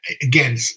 Again